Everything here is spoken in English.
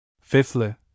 Fifthly